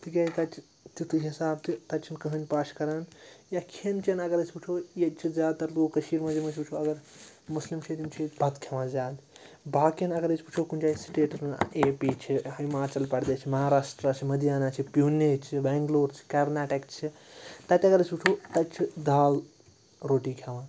تِکیٛازِ تَتہِ چھُ تیٛتھُے حِساب کہِ تَتہِ چھُنہٕ کٕہٲنۍ پَش کَران یا کھیٚن چیٚن اَگر أسۍ وُچھو ییٚتہِ چھِ زیادٕ تَر لوٗکھ کٔشیٖر منٛز یِم أسۍ وُچھو اَگر مسلم چھِ ییٚتہِ تِم چھِ ییٚتہِ بَتہٕ کھیٚوان زیادٕ باقیَن اگر أسۍ وُچھو کُنہِ جایہِ سِٹیٹَن اے پی چھِ ہِماچَل پرٛدیش چھِ مہاراشٹرٛا چھِ لٔدھیانہ چھِ پیٛونے چھِ بیٚنٛگلور چھِ کَرناٹکہ چھِ تَتہِ اَگر أسۍ وُچھو تَتہِ چھِ دال روٹی کھیٚوان